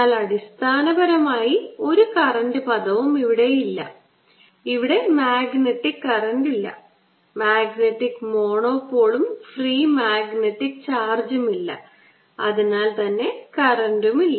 എന്നാൽ അടിസ്ഥാനപരമായി ഒരു കറൻറ് പദവും ഇവിടെ ഇല്ല ഇവിടെ മാഗ്നറ്റിക് കറന്റ് ഇല്ല മാഗ്നറ്റിക് മോണോപോളും ഫ്രീ മാഗ്നറ്റിക് ചാർജും ഇല്ല അതിനാൽ കറന്റ് ഇല്ല